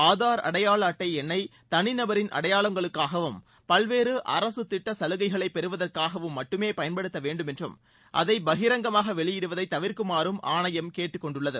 ஆதார் அடையாள அட்டை எண்ணை தனிநபரின் அடையாளங்களுக்காகவும் பல்வேறு அரசு திட்ட சலுகைகளை பெறுவதற்காகவும் மட்டுமே பயன்படுத்தப்பட வேண்டும் என்றும் அதை பகீரங்கமாக வெளியிடுவதை தவிர்க்குமாறும் ஆணையம் கேட்டுக் கொண்டுள்ளது